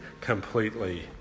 completely